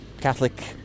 Catholic